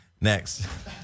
Next